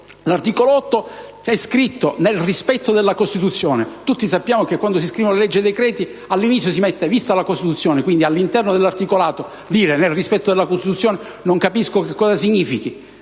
l'articolo 8 dove è scritto «nel rispetto della Costituzione». Tutti sappiamo che, quando si scrivono le leggi e i decreti, all'inizio si mette «vista la Costituzione». Quindi, scrivere all'interno dell'articolato «nel rispetto della Costituzione» non capisco che cosa significhi.